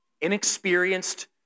inexperienced